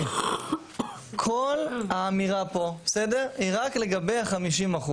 כל האמירה פה היא רק לגבי ה-50%,